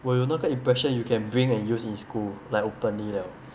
我有那个 impression you can bring and use in school like openly 了